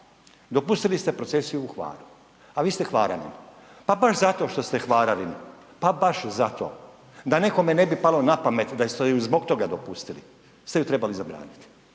dopustili ste procesiju u Hvaru, a vi ste Hvaranin, pa baš zato što ste Hvaranin pa baš zato da nekome ne bi palo na pamet da ste ju zbog toga dopustili ste ju trebali zabraniti.